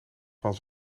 van